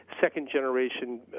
second-generation